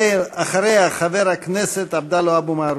אחריה, חבר הכנסת עבדאללה אבו מערוף.